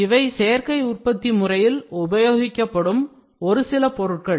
இவை சேர்க்கை உற்பத்தி முறையில் உபயோகிக்கப்படும் ஒரு சில பொருட்கள்